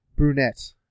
brunette